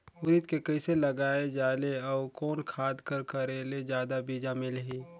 उरीद के कइसे लगाय जाले अउ कोन खाद कर करेले जादा बीजा मिलही?